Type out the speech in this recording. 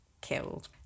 killed